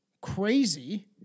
crazy